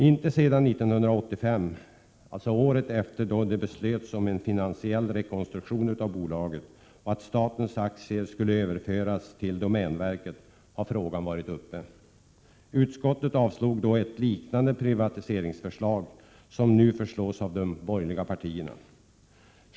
Inte sedan 1985, dvs. året efter beslutet om en finansiell rekonstruktion av bolaget och en överföring av statens aktier till domänverket, har frågan varit uppe. Utskottet avstyrkte då ett privatiseringsförslag liknande det som de borgerliga partierna nu lägger fram.